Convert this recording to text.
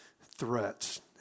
threats